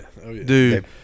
Dude